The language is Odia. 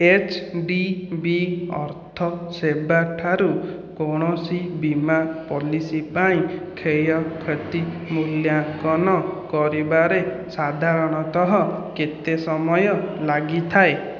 ଏଚ୍ ଡି ବି ଅର୍ଥ ସେବାଠାରୁ କୌଣସି ବୀମା ପଲିସି ପାଇଁ କ୍ଷୟକ୍ଷତି ମୂଲ୍ୟାଙ୍କନ କରିବାରେ ସାଧାରଣତଃ କେତେ ସମୟ ଲାଗିଥାଏ